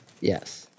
Yes